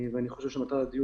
אני חושב שמטרת הדיון,